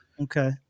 okay